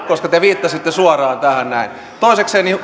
koska te viittasitte suoraan tähän näin toisekseen